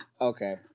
Okay